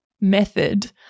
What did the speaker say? method